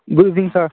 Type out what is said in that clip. good evening sir